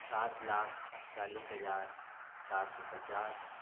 सात लाख चालीस हजार चार सौ पचास